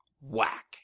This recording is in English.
Whack